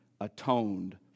atoned